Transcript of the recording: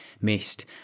missed